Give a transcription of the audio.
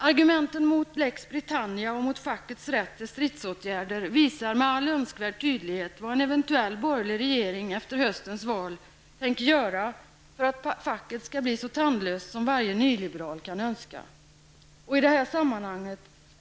Argumenten mot Lex Britannia och mot fackets rätt till stridsåtgärder visar med all önskvärd tydlighet vad en eventuell borgerlig regering efter höstens val tänker göra för att facket skall bli så tandlöst som varje nyliberal kan önska.